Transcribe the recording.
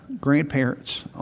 grandparents